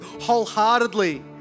wholeheartedly